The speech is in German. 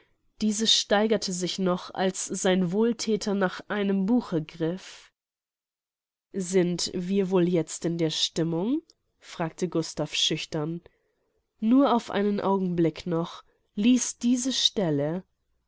diese steigerte sich noch als sein wohlthäter nach einem buche griff sind wir wohl jetzt in der stimmung fragte gustav schüchtern nur auf einen augenblick noch lies diese stelle